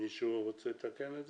מישהו רוצה לתקן?